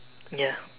ya